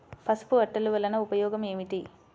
పసుపు అట్టలు వలన ఉపయోగం ఏమిటి?